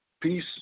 Peace